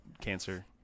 cancer